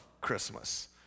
Christmas